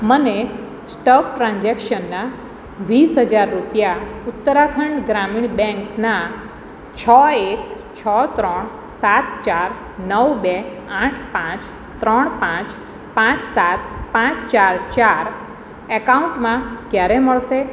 મને સ્ટોક ટ્રાન્ઝેક્શનના વીસ હજાર રૂપિયા ઉત્તરાખંડ ગ્રામીણ બેંકના છ એક છ ત્રણ સાત ચાર નવ બે આઠ પાંચ ત્રણ પાંચ પાંચ સાત પાંચ ચાર ચાર એકાઉન્ટમાં ક્યારે મળશે